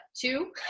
Two